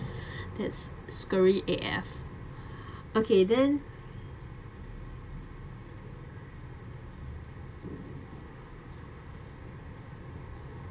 that's scary A_F okay then